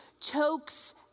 chokes